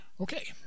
Okay